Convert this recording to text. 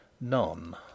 None